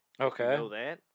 Okay